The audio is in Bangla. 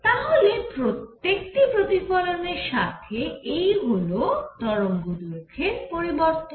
তাহলে প্রত্যেকটি প্রতিফলনের সাথে এই হল তরঙ্গদৈর্ঘ্যের পরিবর্তন